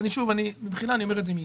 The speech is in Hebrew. אני אומר את זה מידיעה: